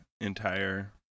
entire